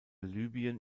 libyen